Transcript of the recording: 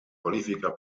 qualifica